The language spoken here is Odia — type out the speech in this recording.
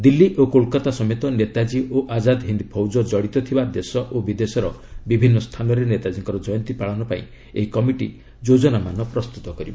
ଦିଲ୍ଲୀ ଓ କୋଲ୍କାତା ସମେତ ନେତାଙ୍କୀ ଓ ଆଜାଦ୍ ହିନ୍ଦ୍ ଫୌଜ୍ ଜଡ଼ିତ ଥିବା ଦେଶ ଓ ବିଦେଶର ବିଭିନ୍ନ ସ୍ଥାନରେ ନେତାଜୀଙ୍କ ଜୟନ୍ତୀ ପାଳନ ପାଇଁ ଏହି କମିଟି ଯୋଜନାମାନ ପ୍ରସ୍ତୁତ କରିବ